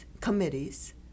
committees